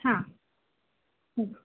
हां